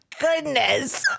goodness